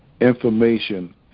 information